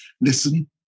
listen